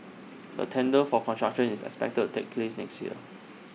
the tender for construction is expected to take place next year